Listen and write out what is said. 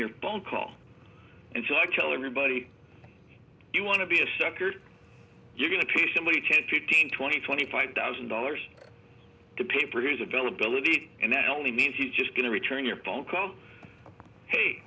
your phone call and so i tell everybody you want to be a sucker you're going to pay somebody to fifteen twenty twenty five thousand dollars to papers availability and that only means he's just going to return your phone call hey